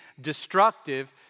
destructive